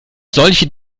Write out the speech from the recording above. solche